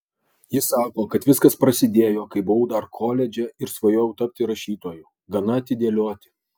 ji sako kad viskas prasidėjo kai buvau dar koledže ir svajojau tapti rašytoju gana atidėlioti